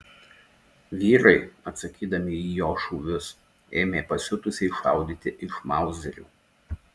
vyrai atsakydami į jo šūvius ėmė pasiutusiai šaudyti iš mauzerių